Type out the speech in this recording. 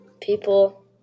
people